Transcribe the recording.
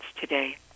today